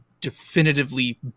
definitively